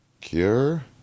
Cure